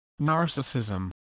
Narcissism